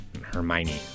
Hermione